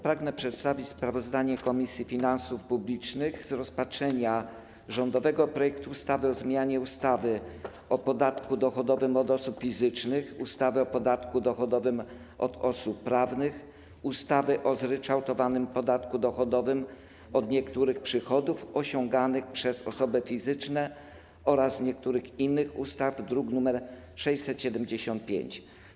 Pragnę przedstawić sprawozdanie Komisji Finansów Publicznych z rozpatrzenia rządowego projektu ustawy o zmianie ustawy o podatku dochodowym od osób fizycznych, ustawy o podatku dochodowym od osób prawnych, ustawy o zryczałtowanym podatku dochodowym od niektórych przychodów osiąganych przez osoby fizyczne oraz niektórych innych ustaw, druk nr 675.